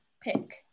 pick